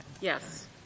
Yes